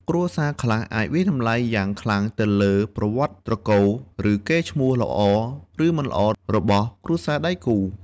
គ្រួសារខ្លះអាចវាយតម្លៃយ៉ាងខ្លាំងទៅលើប្រវត្តិត្រកូល ឬកេរ្តិ៍ឈ្មោះល្អ ឬមិនល្អរបស់គ្រួសារដៃគូ។